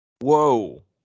whoa